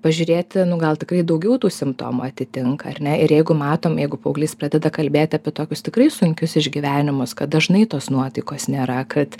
pažiūrėti nu gal tikrai daugiau tų simptomų atitinka ar ne ir jeigu matom jeigu paauglys pradeda kalbėti apie tokius tikrai sunkius išgyvenimus kad dažnai tos nuotaikos nėra kad